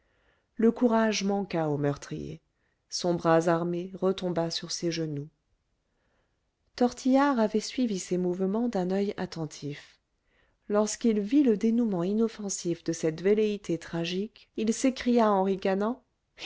le courage manqua au meurtrier son bras armé retomba sur ses genoux tortillard avait suivi ses mouvements d'un oeil attentif lorsqu'il vit le dénoûment inoffensif de cette velléité tragique il s'écria en